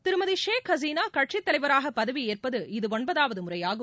திருமதி ஷேக் ஹசீனா கட்சித் தலைவராக பதவி ஏற்பது இது ஒன்பதாவது முறையாகும்